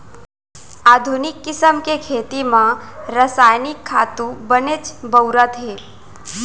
आधुनिक किसम के खेती म रसायनिक खातू बनेच बउरत हें